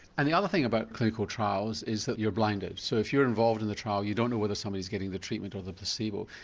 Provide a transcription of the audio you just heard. and the other thing about clinical trials is that you're blinded so if you're involved in the trial you don't know whether somebody is getting the treatment or the placebo.